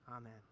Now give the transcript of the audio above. Amen